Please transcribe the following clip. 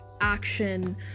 action